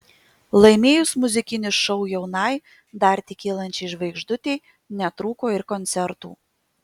laimėjus muzikinį šou jaunai dar tik kylančiai žvaigždutei netrūko ir koncertų